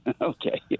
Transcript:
Okay